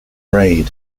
parade